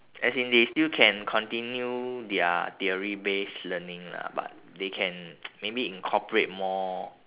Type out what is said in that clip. as in they still can continue their theory based learning lah but they can maybe incorporate more